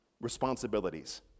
responsibilities